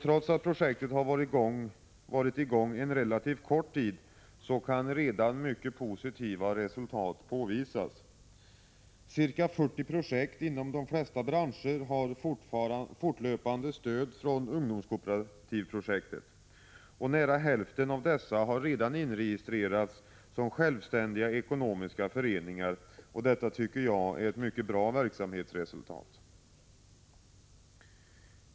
Trots att projektet varit i gång en relativt kort tid kan mycket positiva resultat påvisas. Ca 40 projekt inom de flesta branscher har fortlöpande stöd från ungdomskooperativprojektet. Nära hälften av dessa har redan inregistrerats som självständiga ekonomiska föreningar. Detta tycker jag är ett bra verksamhetsresultat.